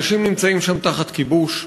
אנשים נמצאים שם תחת כיבוש,